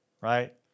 right